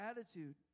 attitude